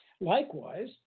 Likewise